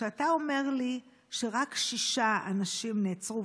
כשאתה אומר לי שרק שישה אנשים נעצרו,